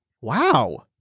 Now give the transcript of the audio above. Wow